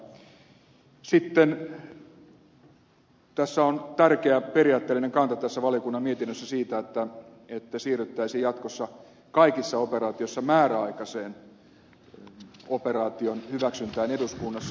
sitten tässä on tärkeä periaatteellinen kanta tässä valiokunnan mietinnössä siitä että siirryttäisiin jatkossa kaikissa operaatioissa määräaikaiseen operaation hyväksyntään eduskunnassa